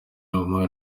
omar